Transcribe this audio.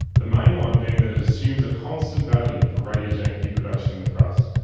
the main one being that it assumes a constant value for radiogenic heat production in the crust,